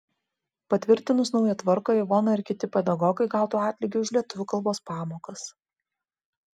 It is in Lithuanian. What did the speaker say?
patvirtinus naują tvarką ivona ir kiti pedagogai gautų atlygį už lietuvių kalbos pamokas